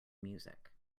music